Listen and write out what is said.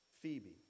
Phoebe